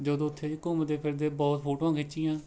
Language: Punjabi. ਜਦੋਂ ਉੱਥੇ ਘੁੰਮਦੇ ਫਿਰਦੇ ਬਹੁਤ ਫੋਟੋਆਂ ਖਿੱਚੀਆਂ